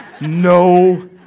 no